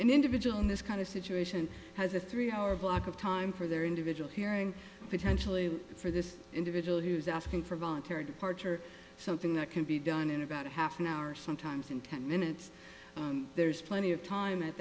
individual in this kind of situation has a three hour block of time for their individual hearing potentially for this individual who is asking for voluntary departure something that can be done in about half an hour sometimes in ten minutes there is plenty of time at